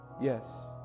Yes